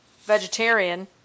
vegetarian